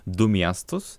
du miestus